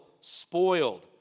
spoiled